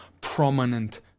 prominent